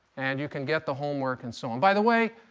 and you can get the homework and so on. by the way,